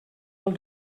del